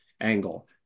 angle